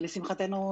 לשמחתנו,